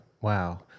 Wow